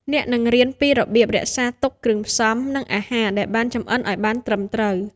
អ្នកនឹងរៀនពីរបៀបរក្សាទុកគ្រឿងផ្សំ និងអាហារដែលបានចម្អិនឱ្យបានត្រឹមត្រូវ។